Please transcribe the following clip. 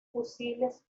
fusiles